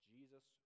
Jesus